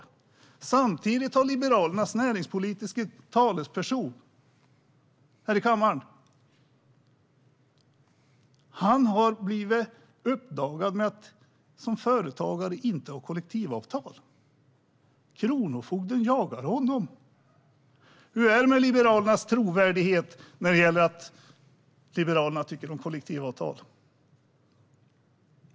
Samtidigt har det uppdagats att Liberalernas näringspolitiska talesperson i kammaren i sin roll som företagare inte har kollektivavtal. Kronofogden jagar honom. Hur är det med Liberalernas trovärdighet i frågan om att Liberalerna tycker om kollektivavtal?